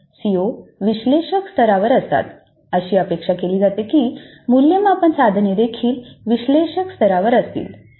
CO विश्लेषक स्तरावर असल्यास अशी अपेक्षा केली जाते की मूल्यमापन साधने देखील विश्लेषक स्तरावर असतील